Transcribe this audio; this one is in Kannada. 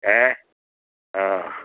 ಹಾಂ ಹಾಂ